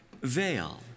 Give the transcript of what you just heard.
veil